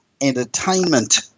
entertainment